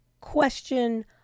question